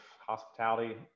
hospitality